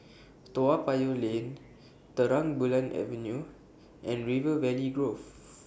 Toa Payoh Lane Terang Bulan Avenue and River Valley Grove